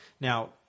Now